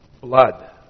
blood